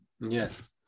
yes